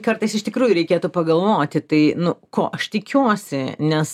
kartais iš tikrųjų reikėtų pagalvoti tai nu ko aš tikiuosi nes